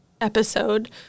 episode